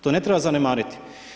To ne treba zanemariti.